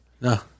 No